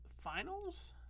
Finals